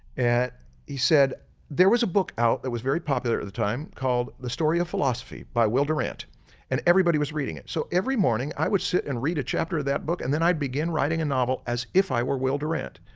he said there was a book out that was very popular at the time called the story of philosophy by will durant and everybody was reading it. so every morning, i would sit and read a chapter of that book and then i'd begin writing a novel as if i were will durant.